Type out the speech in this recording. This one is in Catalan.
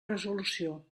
resolució